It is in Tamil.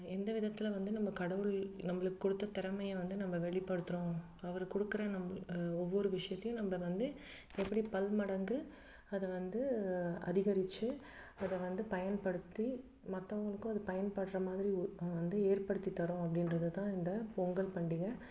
எந்த விதத்தில் வந்து நம்ம கடவுள் நம்மளுக்கு கொடுத்த திறமைய வந்து நம்ம வெளிப்படுத்துகிறோம் அவர் கொடுக்கற ஒவ்வொரு விஷயத்தையும் நம்ம வந்து எப்படி பலமடங்கு அதை வந்து அதிகரித்து அதை வந்து பயன்படுத்தி மற்றவங்களுக்கும் அது பயன்படுற மாதிரி வந்து ஏற்படுத்தி தர்றோம் அப்படின்றதுதான் இந்த பொங்கல் பண்டிகை